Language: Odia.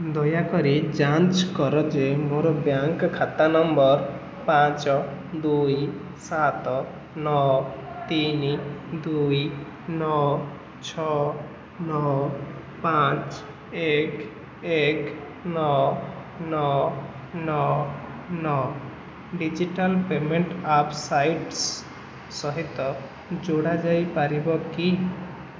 ଦୟାକରି ଯାଞ୍ଚ କର ଯେ ମୋର ବ୍ୟାଙ୍କ୍ ଖାତା ନମ୍ବର ପାଞ୍ଚ ଦୁଇ ସାତ୍ ନଅ ତିନି ଦୁଇ ନଅ ଛଅ ନଅ ପାଞ୍ଚ ଏକ୍ ଏକ୍ ନଅ ନଅ ନଅ ନଅ ଡିଜିଟାଲ୍ ପେମେଣ୍ଟ୍ ଆପ୍ ସାଇଟ୍ରସ୍ ସହିତ ଯୋଡ଼ା ଯାଇପାରିବ କି